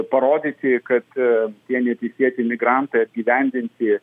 parodyti kad tie neteisėti imigrantai apgyvendinti